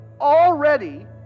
already